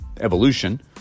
evolution